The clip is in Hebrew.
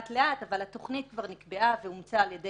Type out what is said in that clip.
אבל התוכנית כבר נקבעה ואומצה על ידי